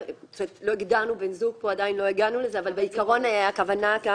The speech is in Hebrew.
עוד לא הגענו להגדרת בן זוג אבל זו הייתה גם כוונתנו.